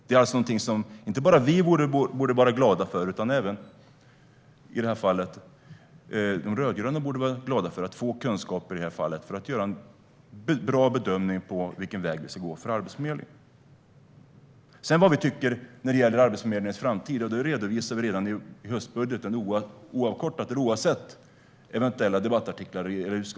Det är alltså någonting som inte bara vi borde vara glada för; även de rödgröna borde vara glada över att få mer kunskap om det här, för att kunna göra en bra bedömning av vilken väg man ska gå när det gäller Arbetsförmedlingen. Vi redovisade redan i samband med höstbudgeten vad vi tycker om Arbetsförmedlingens framtid.